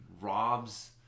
Rob's